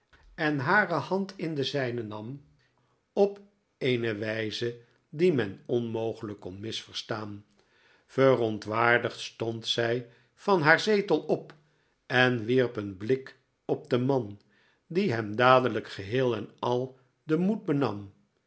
en hare hand in de zijne nam op eene wijze die men onmogelijk kon misverstaan verontwaardigd stond zij van haar zetel op en wierp een blik op den man die hem dadelijk geheel en al den moed benam